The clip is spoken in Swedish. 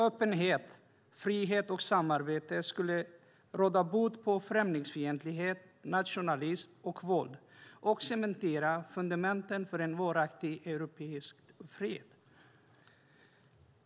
Öppenhet, frihet och samarbete skulle råda bot på främlingsfientlighet, nationalism och våld och cementera fundamenten för en varaktig europeisk fred.